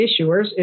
issuers